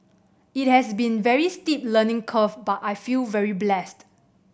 it has been very steep learning curve but I feel very blessed